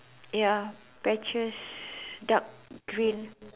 ya patches dark green